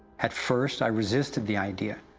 at first i resisted the idea,